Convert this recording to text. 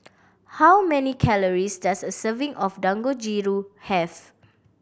how many calories does a serving of Dangojiru have